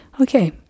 Okay